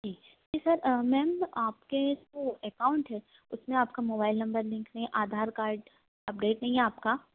जी जी sir ma'am आपके account है उसमे आपका मोबाइल नम्बर लिंक नहीं है आधार कार्ड अपडेट नहीं है आपका